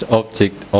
object